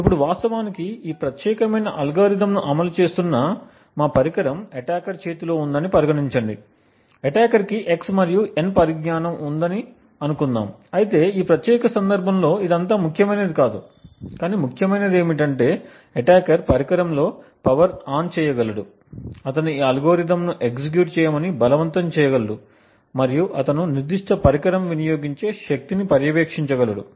ఇప్పుడు వాస్తవానికి ఈ ప్రత్యేకమైన అల్గోరిథంను అమలు చేస్తున్న మా పరికరం అటాకర్ చేతిలో ఉందని పరిగణించండి అటాకర్ కి x మరియు n పరిజ్ఞానం ఉందని అనుకుందాం అయితే ఈ ప్రత్యేక సందర్భంలో ఇదంత ముఖ్యమైనది కాదు కాని ముఖ్యమైనది ఏమిటంటే అటాకర్ పరికరంలో పవర్ ఆన్ చేయగలడు అతను ఈ అల్గోరిథంను ఎగ్జిక్యూట్ చేయమని బలవంతం చేయగలడు మరియు అతను నిర్దిష్ట పరికరం వినియోగించే శక్తిని పర్యవేక్షించగలడు